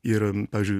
ir pavyzdžiui